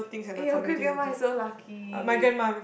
eh your great grandma is so lucky